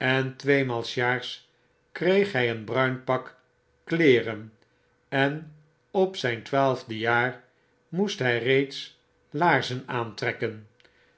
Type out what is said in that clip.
en tweemaal s jaars kreeg hy een bruin pak kleeren en op zyn twaalfde jaar moest hy reeds laarzen aantrekken